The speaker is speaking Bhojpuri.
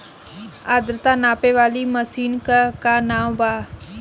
आद्रता नापे वाली मशीन क का नाव बा?